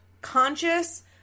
conscious